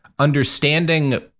understanding